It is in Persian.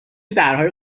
درهای